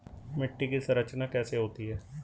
मिट्टी की संरचना कैसे होती है?